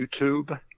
YouTube